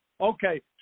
Okay